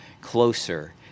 closer